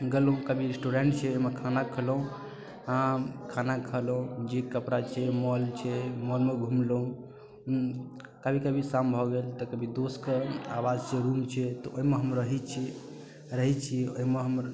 गेलहुँ कभी रेस्टूरेंट छै ओहिमे खाना खयलहुँ खाना खयलहुँ जे कपड़ा छै मॉल छै मॉलमे घूमलहुँ कभी कभी शाम भऽ गेल तऽ कभी दोस के आवास जे रूम छै ओयमे हम रहे छी रहैत छी ओहिमे हम